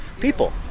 people